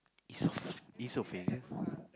easo~ esophagus